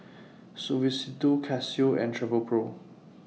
Suavecito Casio and Travelpro